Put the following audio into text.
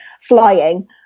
flying